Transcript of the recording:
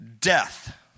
death